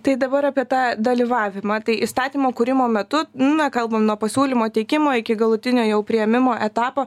tai dabar apie tą dalyvavimą tai įstatymo kūrimo metu na kalbam nuo pasiūlymo teikimo iki galutinio jo priėmimo etapo